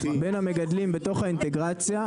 בין המגדלים בתוך האינטגרציה,